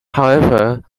however